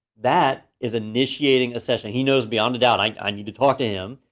that is initiating a session, he knows beyond a doubt i need to talk to him,